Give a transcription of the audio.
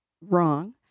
wrong